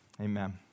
amen